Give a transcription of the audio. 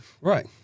Right